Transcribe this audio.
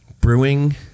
brewing